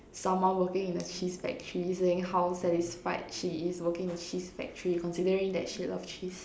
someone working in a cheese factory saying how satisfied she is working in a cheese factory considering that she love cheese